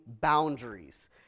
boundaries